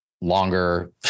Longer